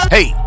Hey